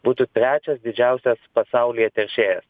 būtų trečias didžiausias pasaulyje teršėjas